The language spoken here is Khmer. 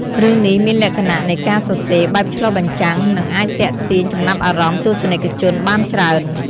រឿងនេះមានលក្ខណៈនៃការសរសេរបែបឆ្លុះបញ្ចាំង និងអាចទាក់ទាញចំណាប់អារម្មណ៍ទស្សនិកជនបានច្រើន។